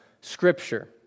Scripture